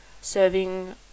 serving